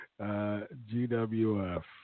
GWF